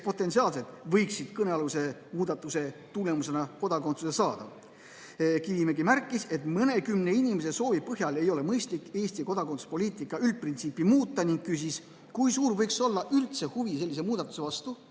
potentsiaalselt võiksid kõnealuse muudatuse tulemusena kodakondsuse saada? Kivimägi märkis, et mõnekümne inimese soovil ei ole mõistlik Eesti kodakondsuspoliitika üldprintsiipi muuta, ning küsis, kui suur võiks olla üldse huvi sellise muudatuse vastu.